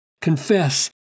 confess